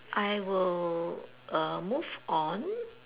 I will err move on